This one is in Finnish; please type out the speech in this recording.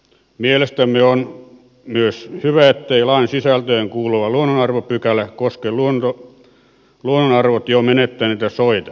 mielestämme on myös hyvä ettei lain sisältöön kuuluva luonnonarvopykälä koske luonnonarvot jo menettäneitä soita